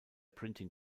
printing